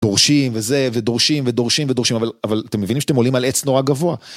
דורשים וזה ודורשים ודורשים ודורשים אבל אבל אתם מבינים שאתם עולים על עץ נורא גבוה